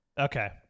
Okay